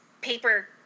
paper